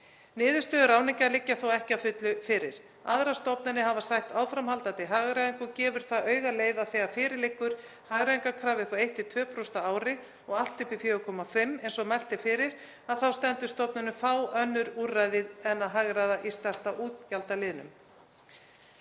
Niðurstöður ráðninga liggja þó ekki að fullu fyrir. Aðrar stofnanir hafa sætt áframhaldandi hagræðingu og gefur það augaleið að þegar fyrir liggur hagræðingarkrafa upp á 1–2% á ári, og allt upp í 4,5% eins og mælt er fyrir, stendur stofnunum fá önnur úrræði til boða en að hagræða í stærsta útgjaldaliðnum.